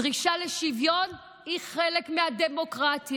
דרישה לשוויון היא חלק מהדמוקרטיה.